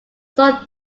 thought